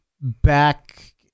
back